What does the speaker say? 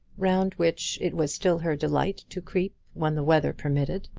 round which it was still her delight to creep when the weather permitted.